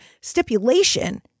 stipulation